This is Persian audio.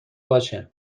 باشه